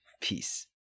Peace